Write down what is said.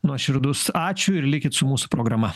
nuoširdus ačiū ir likit su mūsų programa